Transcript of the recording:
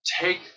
Take